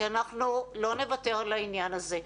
כי אנחנו לא נוותר על העניין הזה.